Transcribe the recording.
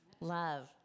Love